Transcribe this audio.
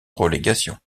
relégation